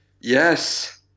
yes